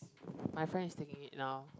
my friend is taking it now